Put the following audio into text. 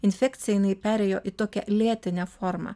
infekcija jinai perėjo į tokią lėtinę formą